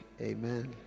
Amen